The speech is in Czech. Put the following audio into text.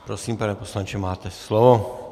Prosím, pane poslanče, máte slovo.